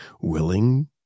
willing